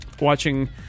watching